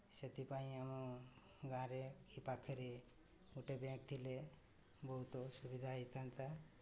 ସେଥିପାଇଁ ଆମ ଗାଁରେ କି ପାଖରେ ଗୋଟେ ବ୍ୟାଙ୍କ୍ ଥିଲେ ବହୁତ ସୁବିଧା ହୋଇଥାନ୍ତା